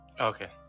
Okay